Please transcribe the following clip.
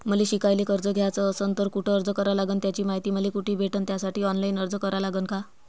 मले शिकायले कर्ज घ्याच असन तर कुठ अर्ज करा लागन त्याची मायती मले कुठी भेटन त्यासाठी ऑनलाईन अर्ज करा लागन का?